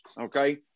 Okay